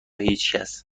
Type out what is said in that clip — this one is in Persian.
هیچکس